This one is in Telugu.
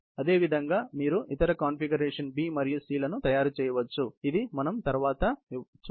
అదేవిధంగా మీరు ఇతర కాన్ఫిగరేషన్ B మరియు C లను తయారు చేయవచ్చు ఇది మేము తరువాత వివరిస్తాము